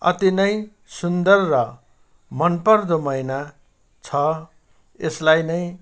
अति नै सुन्दर र मनपर्दो महिना छ यसलाई नै